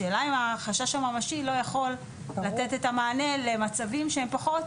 השאלה אם החשש הממשי לא יכול לתת את המענה למצבים שהם פחות